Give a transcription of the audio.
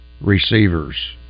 receivers